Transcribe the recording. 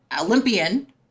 Olympian